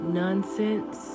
nonsense